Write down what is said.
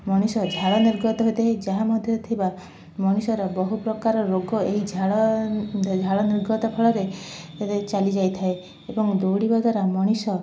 ମଣିଷ ଝାଳ ନିର୍ଗତ ହୋଇଥାଏ ଯାହା ମଧ୍ୟରେ ଥିବା ମଣିଷର ବହୁତ ପ୍ରକାର ରୋଗ ଏହି ଝାଳ ଝାଳ ନିର୍ଗତ ଫଳରେ ରେ ଚାଲି ଯାଇଥାଏ ଏବଂ ଦୌଡ଼ିବା ଦ୍ଵାରା ମଣିଷ